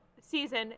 season